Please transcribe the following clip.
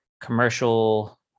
commercial